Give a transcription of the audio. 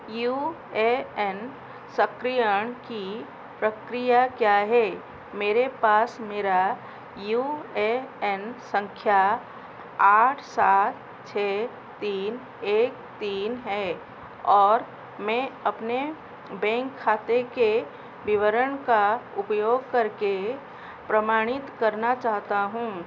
you A N सक्रियण की प्रक्रिया क्या है मेरे पास मेरा यू ए एन संख्या आठ सात छः तीन एक तीन है और मैं अपने बैंक खाते के विवरण का उपयोग करके प्रमाणित करना चाहता हूँ